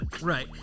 right